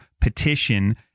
petition